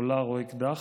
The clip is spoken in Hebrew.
אולר או אקדח,